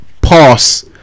pass